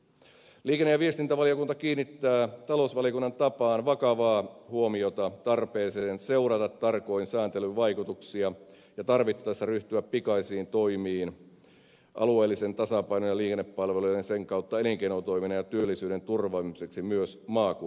liikenne ja viestintävaliokunta kiinnittää talousvaliokunnan tapaan vakavaa huomiota tarpeeseen seurata tarkoin sääntelyn vaikutuksia ja tarvittaessa ryhtyä pikaisiin toimiin alueellisen tasapainon ja liikennepalvelujen ja niiden kautta elinkeinotoiminnan ja työllisyyden turvaamiseksi myös maakunnissa